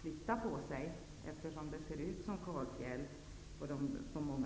flytta på sig, eftersom markerna på många ställen ser ut som på kalfjället.